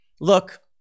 look-